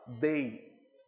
days